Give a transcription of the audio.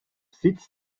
sitz